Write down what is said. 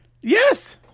Yes